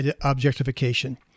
objectification